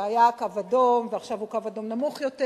שהיה קו אדום, ועכשיו הוא קו אדום נמוך יותר,